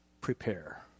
Prepare